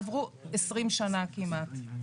עברו 20 שנה כמעט.